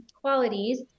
qualities